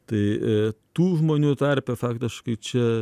tai tų žmonių tarpe faktiškai čia